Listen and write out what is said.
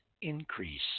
increase